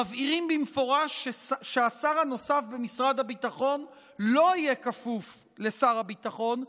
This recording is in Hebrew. מבהיר במפורש שהשר הנוסף במשרד הביטחון לא יהיה כפוף לשר הביטחון,